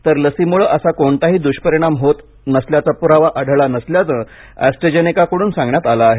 तर लसीमुळे असा कोणताही दुष्परिणाम होत असल्याचा पुरावा आढळला नसल्याचं अॅस्ट्राझेनेकाकडून सांगण्यात आलं आहे